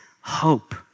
hope